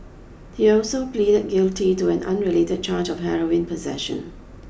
he also pleaded guilty to an unrelated charge of heroin possession